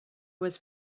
was